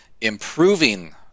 improving